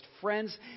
Friends